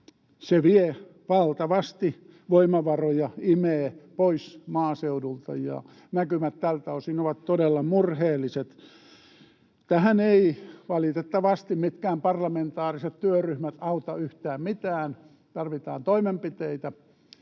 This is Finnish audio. se vie valtavasti voimavaroja, imee pois maaseudulta, ja näkymät tältä osin ovat todella murheelliset. Tähän eivät valitettavasti mitkään parlamentaariset työryhmät auta yhtään mitään, tarvitaan toimenpiteitä.